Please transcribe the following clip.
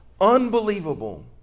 unbelievable